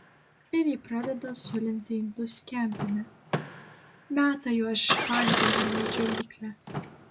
ir ji pradeda zulinti indus kempine meta juos žvangindama į džiovyklę